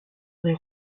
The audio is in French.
les